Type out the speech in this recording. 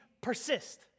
persist